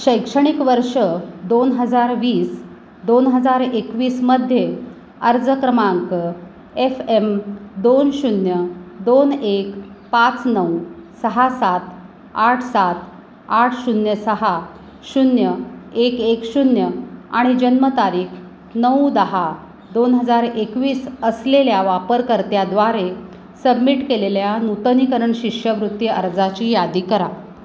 शैक्षणिक वर्ष दोन हजार वीस दोन हजार एकवीसमध्ये अर्ज क्रमांक एफ एम दोन शून्य दोन एक पाच नऊ सहा सात आठ सात आठ शून्य सहा शून्य एक एक शून्य आणि जन्मतारीख नऊ दहा दोन हजार एकवीस असलेल्या वापरकर्त्याद्वारे सबमिट केलेल्या नूतनीकरण शिष्यवृत्ती अर्जाची यादी करा